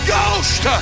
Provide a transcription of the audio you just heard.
Ghost